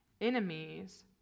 Enemies